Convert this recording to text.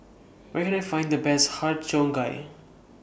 Where Can I Find The Best Har Cheong Gai